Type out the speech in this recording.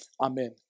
Amen